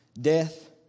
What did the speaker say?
death